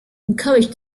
encouraged